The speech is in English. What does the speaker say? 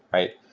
right?